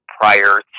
prior